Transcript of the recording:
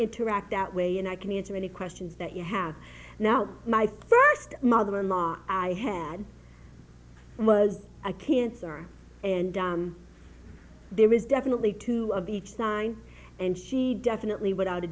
interact that way and i can answer any questions that you have now my st mother in law i had it was a cancer and down there is definitely two of each sign and she definitely without a